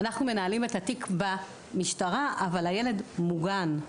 אנחנו מנהלים את התיק במשטרה אבל הילד מוגן.